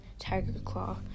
Tigerclaw